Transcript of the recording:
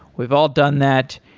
we've all done that,